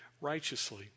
righteously